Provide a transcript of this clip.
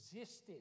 existed